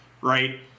right